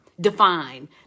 Define